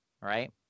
Right